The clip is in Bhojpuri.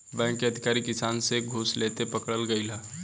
बैंक के अधिकारी किसान से घूस लेते पकड़ल गइल ह